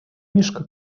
мишка